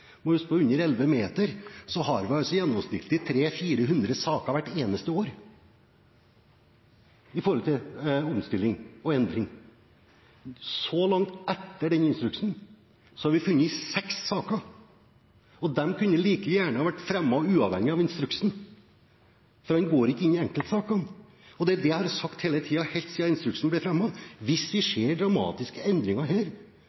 under 11 meter har vi gjennomsnittlig 300–400 saker hvert eneste år som gjelder omstilling og endring. Så langt, etter den instruksen, har vi funnet seks saker, og de kunne like gjerne ha vært fremmet uavhengig av instruksen, for den går ikke inn i enkeltsakene. Det er det jeg har sagt hele tiden, helt siden instruksen ble fremmet: Hvis vi ser dramatiske endringer her,